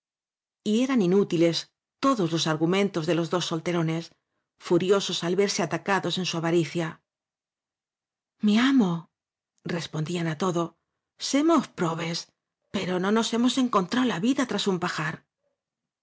eran inútiles todos los argumentos de los dos solterones furiosos al verse atacados en su avaricia mi amorespondían á todo sernos probes pero fio nos hemos encontrao la vida tras un pajar